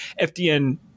FDN